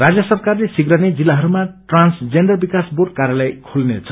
राज्य सरकारले शीव्र नै जिलाहरूमा ट्रान्सजेण्डर विकास बोँड कार्यालय खेल्नेछ